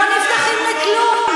לא נפתחים לכלום,